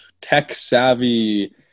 tech-savvy